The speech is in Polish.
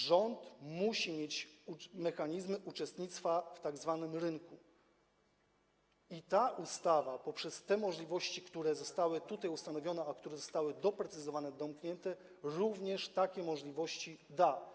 Rząd musi mieć mechanizmy uczestnictwa w tzw. rynku i ta ustawa poprzez możliwości, które zostały tutaj ustanowione i które zostały doprecyzowane, domknięte, również takie możliwości da.